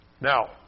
Now